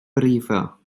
brifo